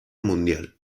mundial